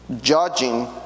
judging